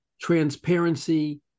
transparency